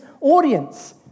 audience